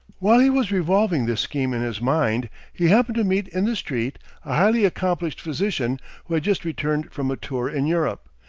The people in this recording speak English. while he was revolving this scheme in his mind he happened to meet in the street a highly accomplished physician who had just returned from a tour in europe,